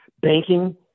banking